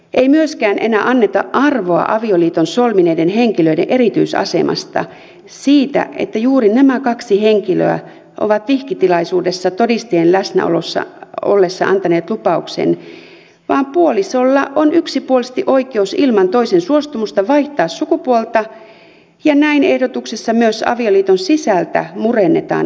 ei myöskään enää anneta arvoa avioliiton solmineiden henkilöiden erityisasemalle sille että juuri nämä kaksi henkilöä ovat vihkitilaisuudessa todistajien läsnä ollessa antaneet lupauksen vaan puolisolla on yksipuolisesti oikeus ilman toisen suostumusta vaihtaa sukupuoltaan ja näin ehdotuksessa myös avioliiton sisältä murennetaan avioliittoa